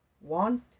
want